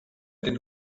den